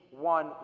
one